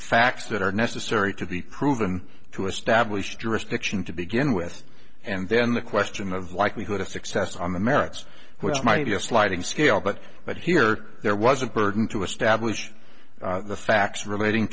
facts that are necessary to be proven to establish jurisdiction to begin with and then the question of likelihood of success on the merits which might be a sliding scale but but here there was a burden to establish the facts relating